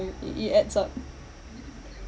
i~ it adds up